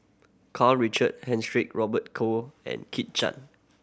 Karl Richard Hanitsch Robert Call and Kit Chan